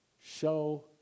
show